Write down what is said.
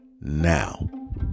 now